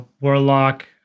warlock